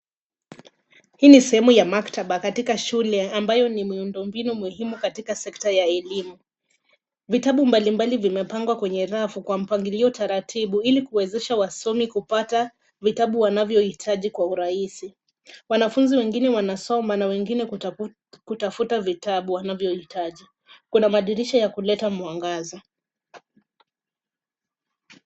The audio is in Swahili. Hii ni sehemu ya maktaba katika shule ambayo ni miundo mbinu muhimu katika sekta ya elimu. Vitabu mbalimbali vimepangwa kwenye rafu kwa mpagilio taratibu ili kuwezesha wasomi kupata vitabu wanavyo hitaji kwa urahisi. Wanafunzi wengine wanasoma na wengine kutafuta vitabu wanavyo hitaji. Kuna madirisha ya kuleta mwangaza.